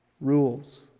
rules